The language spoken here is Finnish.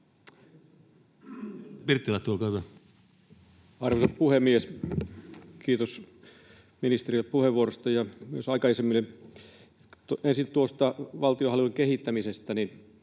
Time: 12:53 Content: Arvoisa puhemies! Kiitos ministerille puheenvuorosta, ja myös aikaisemmille. Ensin tuosta valtionhallinnon kehittämisestä,